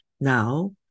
Now